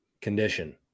condition